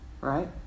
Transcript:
Right